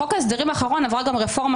בחוק ההסדרים האחרון עברה גם רפורמה